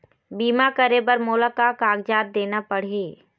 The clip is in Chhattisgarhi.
बीमा करे बर मोला का कागजात देना पड़ही?